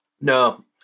No